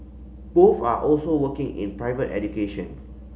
both are also working in private education